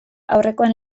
aurrekoen